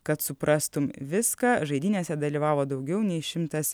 kad suprastum viską žaidynėse dalyvavo daugiau nei šimtas